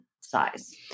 size